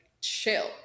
chill